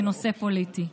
בנושא פוליטי.